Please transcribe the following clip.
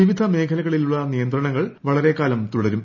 വിവിധ മേഖലകളിലുള്ള നിയന്ത്രണങ്ങൾ വളരെക്കാലം തുടരും